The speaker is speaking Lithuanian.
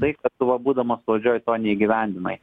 tai kad tu va būdamas valdžioj to neįgyvendinai